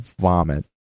vomit